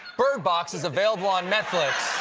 bird box is available on netflix